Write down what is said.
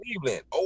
Cleveland